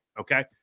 okay